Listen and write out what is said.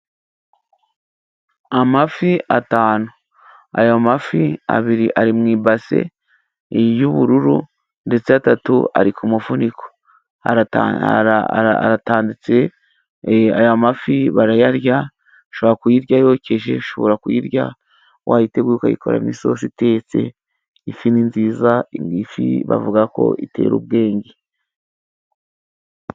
Amafi atanu ,ayo mafi ,abiri ari mu ibase y'ubururu ndetse atatu ari ku mufuniko aratanditse .Aya mafi barayarya ushobora kuyirya yokeje ,ushobora kuyirya wayiteguye ukayikoramo isosi itetse .Ifi ni nziza iyi fi bavuga ko itera ubwenge.